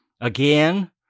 Again